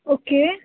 okay